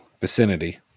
vicinity